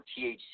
THC